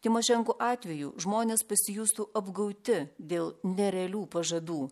tymošenko atveju žmonės pasijustų apgauti dėl nerealių pažadų